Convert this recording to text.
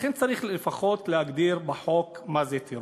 לכן, צריך לפחות להגדיר בחוק מה זה טרור.